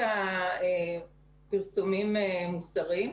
והפרסומים מוסרים.